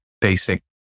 basic